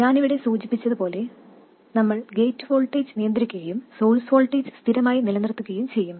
ഞാൻ ഇവിടെ സൂചിപ്പിച്ചതുപോലെ നമ്മൾ ഗേറ്റ് വോൾട്ടേജ് നിയന്ത്രിക്കുകയും സോഴ്സ് വോൾട്ടേജ് സ്ഥിരമായി നിലനിർത്തുകയും ചെയ്യും